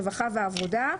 רווחה ועבודה,